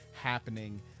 happening